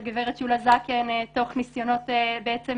של גב' שולה זקן תוך ניסיונות להוביל